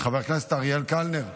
חבר הכנסת אריאל קלנר,